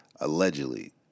allegedly